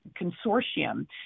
consortium